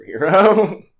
superhero